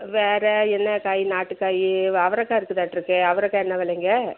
வேறு என்ன காய் நாட்டு காய் அவரைக்கா இருக்குதாட்டிருக்கே அவரைக்கா என்ன விலைங்க